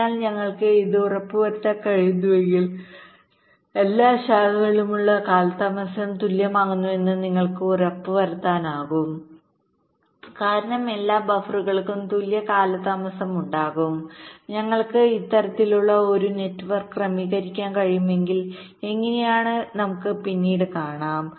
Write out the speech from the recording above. അതിനാൽ ഞങ്ങൾക്ക് ഇത് ഉറപ്പുവരുത്താൻ കഴിയുമെങ്കിൽ എല്ലാ ശാഖകളിലുമുള്ള കാലതാമസം തുല്യമാകുമെന്ന് നിങ്ങൾക്ക് ഉറപ്പുവരുത്താനാകും കാരണം എല്ലാ ബഫറുകൾക്കും തുല്യ കാലതാമസം ഉണ്ടാകും ഞങ്ങൾക്ക് ഇത്തരത്തിലുള്ള ഒരു നെറ്റ്വർക്ക് ക്രമീകരിക്കാൻ കഴിയുമെങ്കിൽ എങ്ങനെയെന്ന് നമുക്ക് പിന്നീട് കാണാം